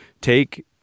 take